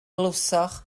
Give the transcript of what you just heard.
glywsoch